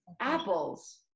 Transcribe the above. apples